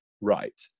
right